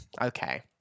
okay